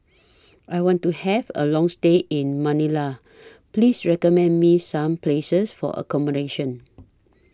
I want to Have A Long stay in Manila Please recommend Me Some Places For accommodation